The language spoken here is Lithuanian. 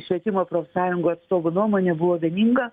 švietimo profsąjungų atstovų nuomonė buvo vieninga